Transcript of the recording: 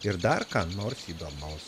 ir dar ką nors įdomaus